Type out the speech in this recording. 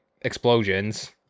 explosions